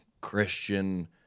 Christian